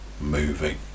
movie